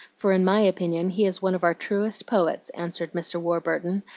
for in my opinion he is one of our truest poets answered mr. warburton,